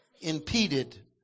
impeded